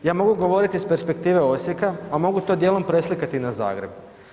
Ja mogu govoriti iz perspektive Osijeka, a mogu to dijelom preslikati i na Zagreb.